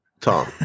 Tom